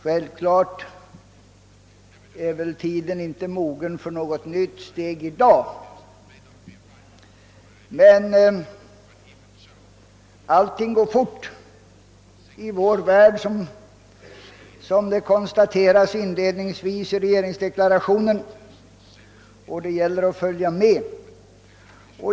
Självklart är tiden inte mogen för något nytt steg i dag. Som det konstateras inledningsvis i regeringsdeklarationen går emellertid utvecklingen fort i vår värld och det gäller att följa med.